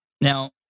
Now